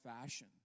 fashion